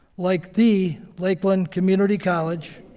like the lakeland community college,